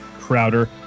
Crowder